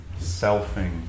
selfing